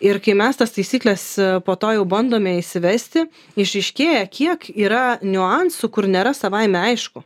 ir kai mes tas taisykles po to jau bandome įsivesti išryškėja kiek yra niuansų kur nėra savaime aišku